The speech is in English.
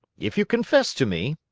if you confess to me,